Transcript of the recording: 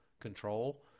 control